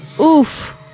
Oof